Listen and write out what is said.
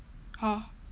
!huh!